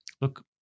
Look